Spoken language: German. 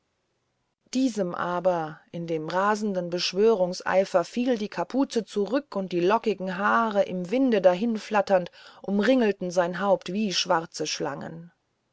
diesem aber in dem rasenden beschwörungseifer fiel die kapuze zurück und die lockigen haare im winde dahinflatternd umringelten sein haupt wie schwarze schlangen